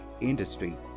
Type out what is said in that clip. industry